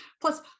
Plus